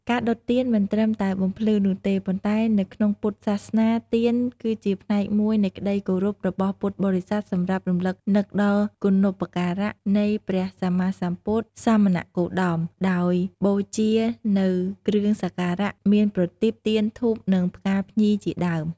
ការដុតទៀនមិនត្រឹមតែបំភ្លឺនោះទេ ប៉ុន្តែនៅក្នុងពុទ្ធសាសនា ទៀនគឺជាផ្នែកមួយនៃក្តីគោរពរបស់ពុទ្ធបរិស័ទសម្រាប់រំលឹកនឹកដល់គុណូបការៈ នៃព្រះសម្មាសម្ពុទ្ធសមណគោតម ដោយបូជានូវគ្រឿងសក្ការៈ មានប្រទីប ទៀន ធូប និងផ្កាភ្ញីជាដើម។